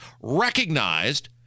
recognized